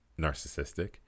narcissistic